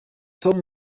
tom